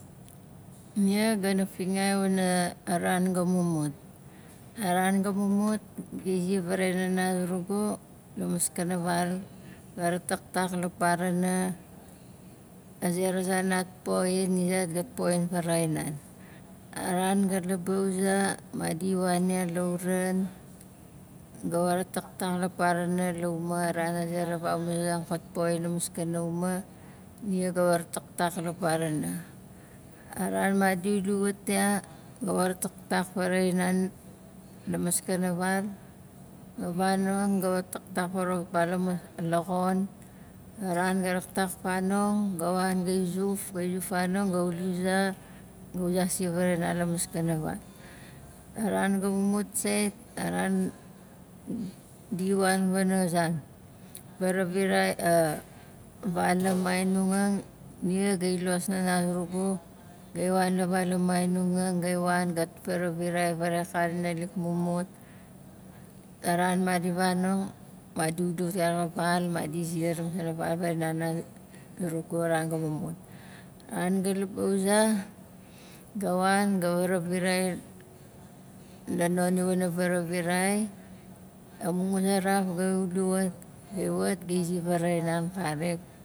Nia ga na fingai wana a ran ga mumut a ran ga mumut gai ziar varaxai hana zurugu la maskana val ga rataktak la parana a zera zan nat poxin ni zait gat poxin faraxain nan a ran ga laba uza madi wan ya lauran ga wat rataktak la paranala umaaran a zera vamuzasang kat poxin la maskana uma nia ga wa rataktak la parana a ran madi uli wat ya ga wa rataktak faraxain nan la maskana val, xa vanong ga wa taktak farawauk ipa la mun la xon a ran ga raktak fanong, ga wan gai zuf, gai zuf fanong, ga uli uza, ga uza si faraxain nan la maskana val a ran ga mumut sait a ran di wan wana zan faravirai val a mainonang nia gai los nana zurugu gai wan la val a mainonang gai wan gat faravirai faraxai akana naalik mumut a ran madi vanong madi uli wat karik la val madi ziar la maskana val varaxaain nana zu- zurugu a ran ga mumut a ran ga laba uza ga wan ga varavirai la non iwana varavirai amu nguzaraf gai uli wat gai wat gai zi varaxaain nan karik